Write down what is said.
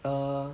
err